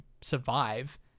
survive